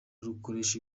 rukoresha